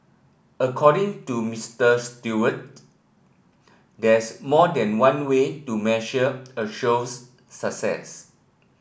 according to Mister Stewart there's more than one way to measure a show's success